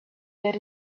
that